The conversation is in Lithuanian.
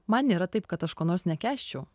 man nėra taip kad aš ko nors nekęsčiau